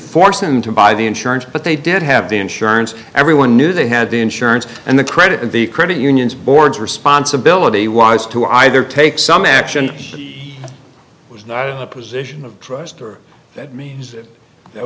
forcing them to buy the insurance but they did have the insurance everyone knew they had the insurance and the credit and the credit unions boards responsibility was to either take some at and he was not in the position of trust or that means